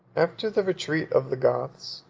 after the retreat of the goths,